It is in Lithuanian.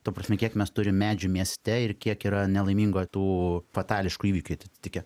ta prasme kiek mes turim medžių mieste ir kiek yra nelaimingų tų fatališkų įvykių atsitikę